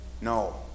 No